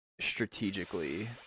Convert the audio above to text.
strategically